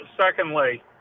secondly